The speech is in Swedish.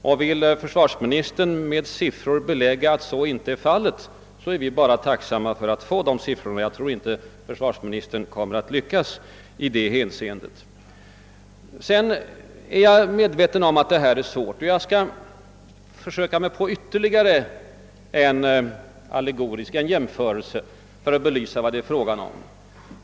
Om försvarsministern kan med siffror belägga, att så inte är fallet, är vi bara tacksamma för att han framlägger sådana siffror. Jag tror emellertid inte att försvarsministern kommer att lyckas med det. Jag är medveten om hur komplicerad problematiken är, och jag skall försöka mig på ytterligare en jämförelse för att belysa vad det är fråga om.